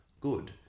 good